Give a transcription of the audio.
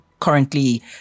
Currently